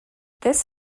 this